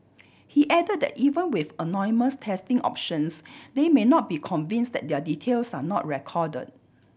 he added that even with anonymous testing options they may not be convinced that their details are not recorded